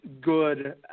good